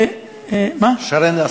שרֵן, שרֵן.